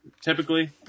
typically